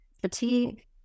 fatigue